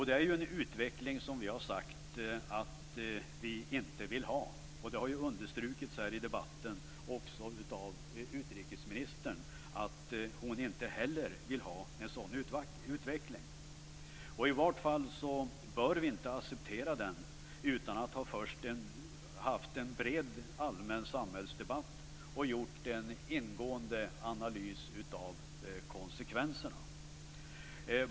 Det är en utveckling som vi har sagt att vi inte vill ha. Det har understrukits här i debatten också av utrikesministern. Hon sade att hon inte heller vill ha en sådan utveckling. I vart fall bör vi inte acceptera det utan att först ha haft en bred allmän samhällsdebatt och gjort en ingående analys av konsekvenserna.